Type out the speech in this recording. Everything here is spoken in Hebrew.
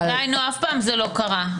אף פעם זה לא קרה.